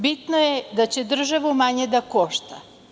Bitno je da će državu manje da košta.